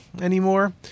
anymore